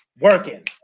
Working